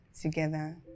together